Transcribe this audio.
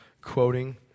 quoting